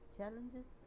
Challenges